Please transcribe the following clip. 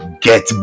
get